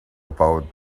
about